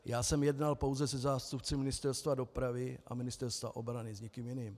Já jsem jednal pouze se zástupci Ministerstva dopravy a Ministerstva obrany, s nikým jiným.